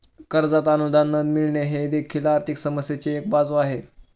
कर्जात अनुदान न मिळणे ही देखील आर्थिक समस्येची एक बाजू आहे